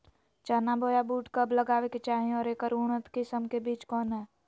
चना बोया बुट कब लगावे के चाही और ऐकर उन्नत किस्म के बिज कौन है?